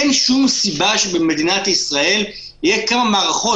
אין שום סיבה שבמדינת ישראל יהיו כמה מערכות.